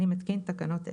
אני מתקין תקנות אלה: